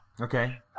Okay